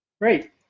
Great